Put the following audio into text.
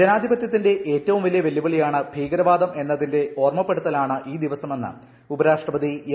ജനാധ്യപ്പിത്യ്ത്തിന്റെ ഏറ്റവും വലിയ വെല്ലുവിളിയാണ് ഭീകരവാദം എന്നതീന്റെ ഓർമ്മപ്പെടുത്തലാണ് ഈ ദിവസം എന്ന് ഉപരാഷ്ട്രപതി എം